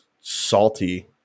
salty